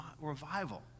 revival